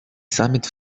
саміт